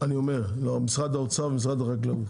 אומר למשרד האוצר ומשרד החקלאות,